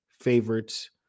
favorites